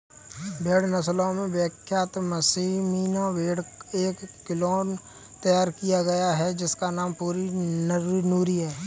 भेड़ नस्लों में विख्यात पश्मीना भेड़ का एक क्लोन तैयार किया गया है जिसका नाम नूरी है